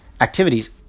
activities